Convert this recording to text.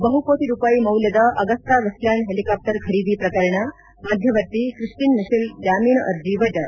ಬಹುಕೋಟ ರೂಪಾಯಿ ಮೌಲ್ಡದ Agusta Westland helicopter ಖರೀದಿ ಪ್ರಕರಣ ಮಧ್ಯವರ್ತಿ ಕ್ರಿಸ್ಟಿನ್ ಮಿಶೆಲ್ ಜಾಮೀನು ಅರ್ಜಿ ವಜಾ